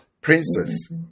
Princess